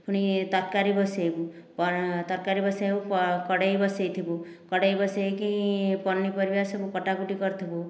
ପୁଣି ତରକାରୀ ବସାଇବୁ ତରକାରୀ ବସାଇ କଡ଼ାଇ ବସାଇଥିବୁ କଡ଼ାଇ ବସାଇକି ପନିପରିବା ସବୁ କଟା କୁଟୀ କରିଥିବୁ